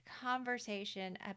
conversation